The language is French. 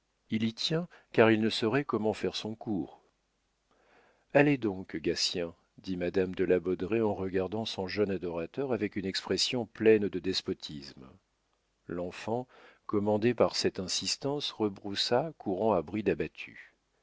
il y tient car il ne saurait comment faire son cours allez donc gatien dit madame de la baudraye en regardant son jeune adorateur avec une expression pleine de despotisme l'enfant commandé par cette insistance rebroussa courant à bride